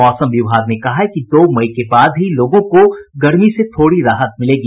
मौसम विभाग ने कहा है कि दो मई के बाद ही लोगों को गर्मी से थोड़ी राहत मिलेगी